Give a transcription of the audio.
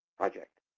project.